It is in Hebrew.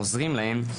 עוזרים להם,